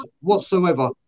whatsoever